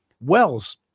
Wells